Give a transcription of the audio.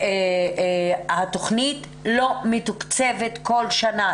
העובדה שהתכנית לא מתוקצבת כל שנה.